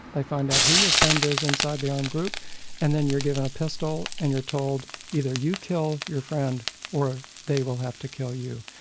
they find out who your friend is inside the armed group and then you're given a pistol and you're told either you kill your friend or they will have to kill you.